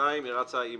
שנייה רצה עם